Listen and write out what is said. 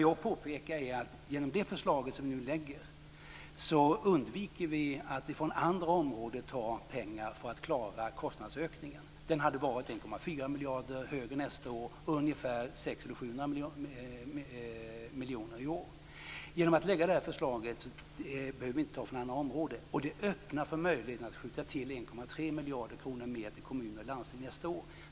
Jag påpekade att genom det förslag som vi nu lägger fram undviker vi att ta pengar från andra områden för att klara kostnadsökningen. Kostnaden hade varit 1,4 miljarder högre nästa år och ungefär 600-700 miljoner högre i år. Genom att lägga fram det här förslaget behöver vi inte ta från andra områden. Det öppnar för möjligheten att skjuta till 1,3 miljarder kronor mer till kommuner och landsting nästa år.